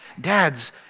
Dads